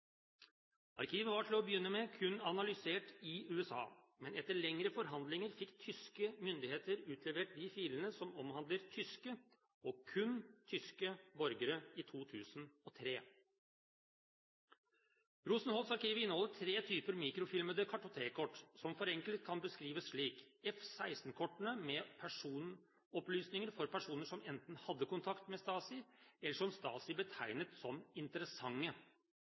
Arkivet var til å begynne med kun analysert i USA, men etter lengre forhandlinger fikk tyske myndigheter utlevert de filene som omhandler tyske – og kun tyske – borgere i 2003. Rosenholz-arkivet inneholder tre typer mikrofilmede kartotekkort, som forenklet kan beskrives slik: F 16-kortene inneholdt personopplysninger for personer som enten hadde kontakt med Stasi, eller som Stasi betegnet som interessante.